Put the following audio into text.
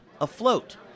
Afloat